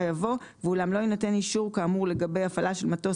יבוא "ואולם לא יינתן אישור כאמור לגבי הפעלה של מטוס,